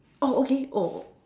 oh okay oh